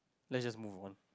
let us just move on